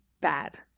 bad